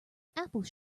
apple